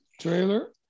trailer